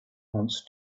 wants